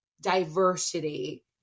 diversity